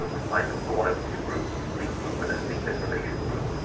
um assign them to one of two groups, a sleep group and a sleep deprivation group.